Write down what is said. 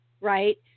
right